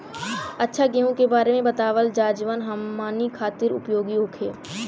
अच्छा गेहूँ के बारे में बतावल जाजवन हमनी ख़ातिर उपयोगी होखे?